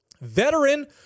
Veteran